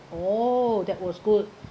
oh that was good